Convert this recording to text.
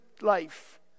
life